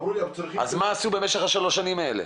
אז מה עשו במשך שלוש השנים האלה?